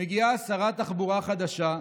מגיעה שרת תחבורה חדשה,